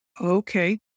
okay